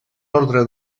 ordre